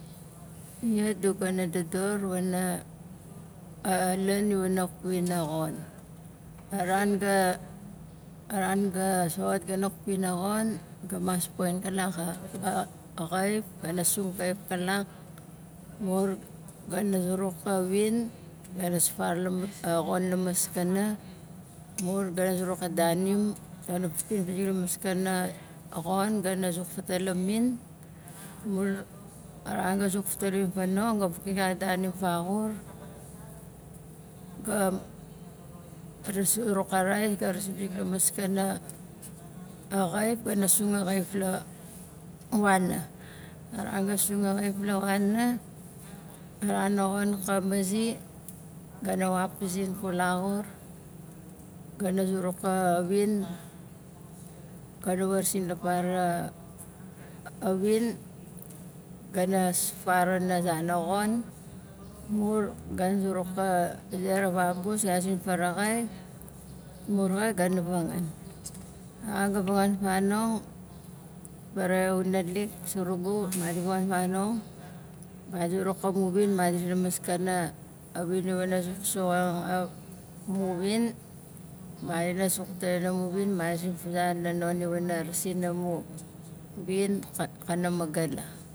Nia du ga na dodor wana a lan i wana kwin a xon aran ga- a ran ga soxot ga ha kwin a xon ga mas poin kalak xaif ga na sung kaif kalak mur ga na zuruk a win ga na s'far la ma- a xon la maskana mur ga na zuruk a daanim ga na vukin pizik la maskana xon ga na zuk vatalamim mur a ran ga zuk vatalamim fanong ga vukin karik a daanim faxur ga zazuruk arice ga rasin pizik la maskana a xaif ga na sung a xaif la wanaa a ran ga sung a xaif la wanaa a ran a xon ka mazi ga na wapizin ku laxur ga na zuruk a win ga na wa rasin la para win ga na s'far a xon mur ga na zuruk a zera vabus ga na zin faraxai mur xa ga na vangaan a ran ga vangaan fanong faraxai u naalik surugu madi vangaan fanong madi zuruk amu win madi rasin la maskana a win i wana zukzuxang a mu win madina suk tain amu win madi sukfuza na non e wana rasin amu mun win ka- ka na magala